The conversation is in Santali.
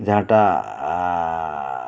ᱡᱟᱸᱦᱟᱴᱟᱜ